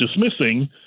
dismissing